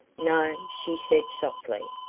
no, she said softly,